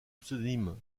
pseudonyme